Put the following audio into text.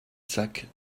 sacs